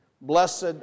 Blessed